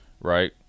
right